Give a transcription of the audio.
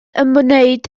ymwneud